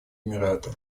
эмираты